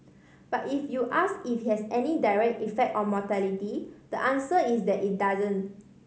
but if you ask if has any direct effect on mortality the answer is that it doesn't